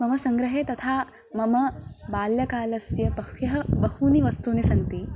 मम सङ्ग्रहे तथा मम बाल्यकालस्य बह्व्यः बहूनि वस्तूनि सन्ति